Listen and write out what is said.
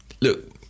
look